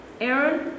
Aaron